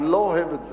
אני לא אוהב את זה.